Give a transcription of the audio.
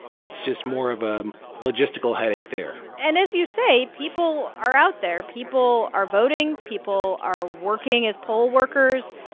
it's just more of a logistical headache there and as you say, people are out there. people are voting. people are working as poll workers.